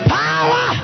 power